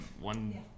one